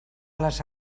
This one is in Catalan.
les